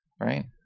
right